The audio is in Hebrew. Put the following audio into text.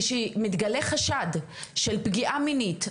כשמתגלה חשד של פגיעה מינית,